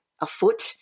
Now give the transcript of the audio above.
afoot